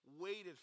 waited